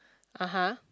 (aha)